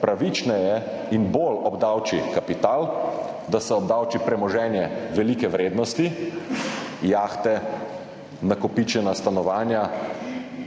pravičneje in bolj obdavči kapital, da se obdavči premoženje velike vrednosti: jahte, nakopičena stanovanja,